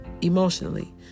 emotionally